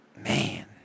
man